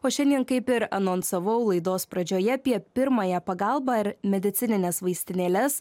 o šiandien kaip ir anonsavau laidos pradžioje apie pirmąją pagalbą ir medicinines vaistinėles